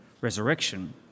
resurrection